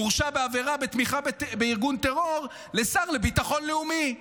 מורשע בעבירת תמיכה בארגון טרור לשר לביטחון לאומי,